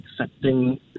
accepting